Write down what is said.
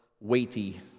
weighty